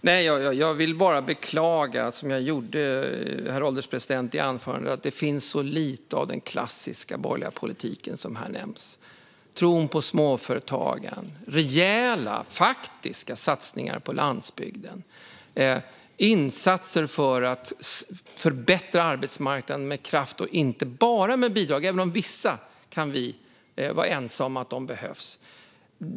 Herr ålderspresident! Jag vill bara beklaga, som jag gjorde i mitt anförande, att det finns så lite av den klassiska borgerliga politik som här nämns - tron på småföretagare, rejäla och faktiska satsningar på landsbygden, insatser för att förbättra arbetsmarknaden med kraft och inte bara med bidrag, även om vi kan vara överens om att vissa av dem behövs.